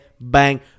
bang